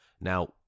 Now